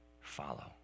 follow